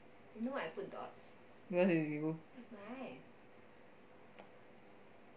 because you bimbo